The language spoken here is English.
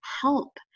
help